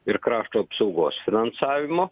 ir krašto apsaugos finansavimo